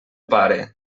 pare